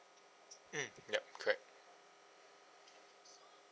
mm yup correct